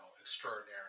extraordinary